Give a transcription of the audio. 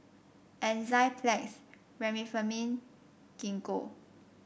Enzyplex Remifemin Gingko